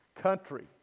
country